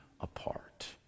apart